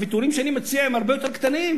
הוויתורים שאני מציע הם הרבה יותר קטנים,